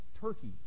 Turkey